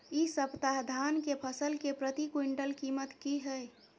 इ सप्ताह धान के फसल के प्रति क्विंटल कीमत की हय?